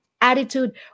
attitude